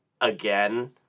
again